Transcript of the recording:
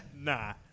Nah